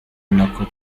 nako